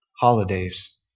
holidays